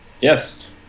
yes